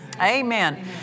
Amen